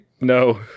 No